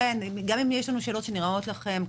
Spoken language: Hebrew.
לכן גם אם יש לכם שאלות- -- נשיב על הכול